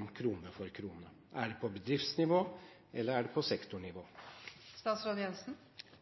om krone for krone? Er det på bedriftsnivå, eller er det på